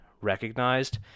recognized